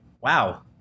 Wow